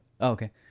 okay